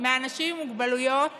מהאנשים עם מוגבלויות